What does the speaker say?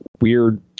weird